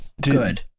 Good